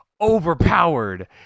Overpowered